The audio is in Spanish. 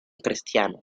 cristiano